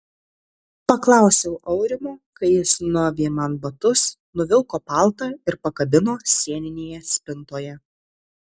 paklausiau aurimo kai jis nuavė man batus nuvilko paltą ir pakabino sieninėje spintoje